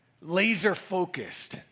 laser-focused